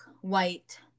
white